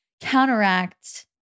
counteract